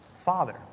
Father